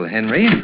Henry